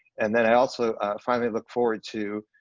and then i also finally look forward to,